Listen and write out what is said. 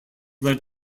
led